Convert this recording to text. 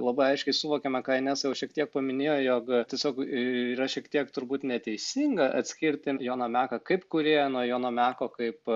labai aiškiai suvokėme ką inesa jau šiek tiek paminėjo jog tiesiog y y yra šiek tiek turbūt neteisinga atskirti joną meką kaip kūrėją nuo jono meko kaip